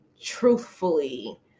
truthfully